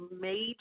major